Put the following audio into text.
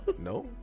No